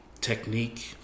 technique